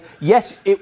yes